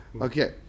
Okay